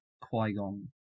Qui-Gon